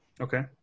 Okay